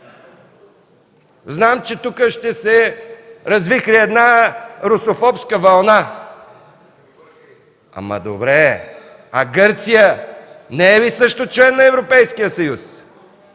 Знаем, че тук ще се развихри една русофобска вълна, но добре – Гърция не е ли също член на Европейския съюз?